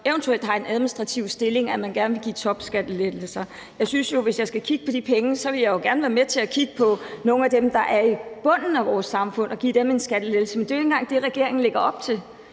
eventuelt har en administrativ stilling, altså i forhold til, at man gerne vil give topskattelettelser. Og jeg synes jo, at hvis jeg skal kigge på at bruge nogle af de penge, vil jeg gerne være med til at kigge på dem, der er i bunden af vores samfund, og give dem en skattelettelse. Men det er ikke engang det, regeringen lægger op til.